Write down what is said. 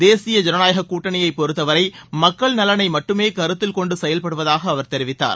தேசிய ஜனநாயக கூட்டணியைப் பொறுத்தவரை மக்கள் நலனை மட்டுமே கருத்தில் கொண்டு செயல்படுவதாக அவர் தெரிவித்தார்